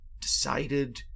decided